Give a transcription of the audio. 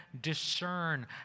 discern